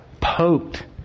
poked